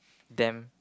them